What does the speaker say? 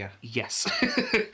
Yes